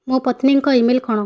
ମୋ ପତ୍ନୀଙ୍କ ଇମେଲ୍ କ'ଣ